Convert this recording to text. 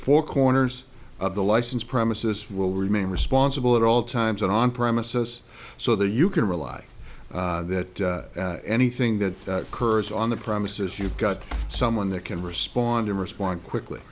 four corners of the licensed premises will remain responsible at all times and on premises so that you can rely that anything that occurs on the premises you've got someone that can respond and respond quickly